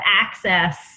access